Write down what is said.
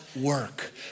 work